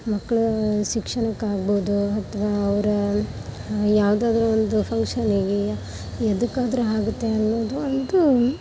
ಮಕ್ಕಳು ಶಿಕ್ಷಣಕ್ಕಾಗ್ಬೋದು ಅಥ್ವಾ ಅವರ ಯಾವುದಾದ್ರು ಒಂದು ಫಂಕ್ಷನ್ನಿಗೆ ಎದಕ್ಕಾದ್ರು ಆಗುತ್ತೆ ಅನ್ನೋದು ಒಂದು